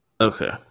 okay